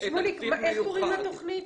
שמוליק, איך קוראים לתוכנית?